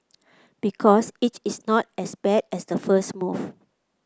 because it is not as bad as the first move